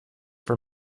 for